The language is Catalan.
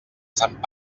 sant